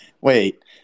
Wait